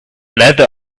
leather